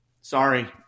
sorry